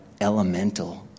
Elemental